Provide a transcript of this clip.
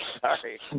Sorry